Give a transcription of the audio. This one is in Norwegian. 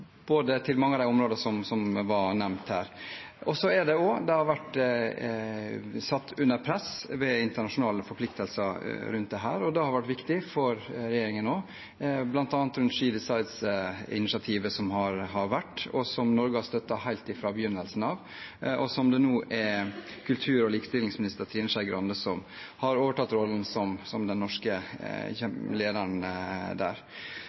mange av de områdene som var nevnt her. Det har også vært satt under press ved internasjonale forpliktelser rundt dette. Det har vært viktig for regjeringen også, bl.a. rundt «She Decides»-initiativet som har vært, som Norge har støttet helt fra begynnelsen av, og som nå kultur- og likestillingsminister Trine Skei Grande har overtatt rollen som den norske